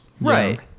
right